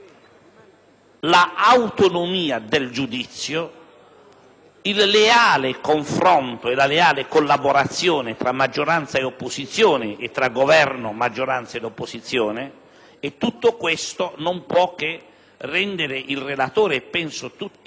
l'autonomia del giudizio, il leale confronto e la leale collaborazione tra maggioranza e opposizione e tra Governo, maggioranza ed opposizione, tutto ciò insomma non può che rendere il relatore e, credo, tutto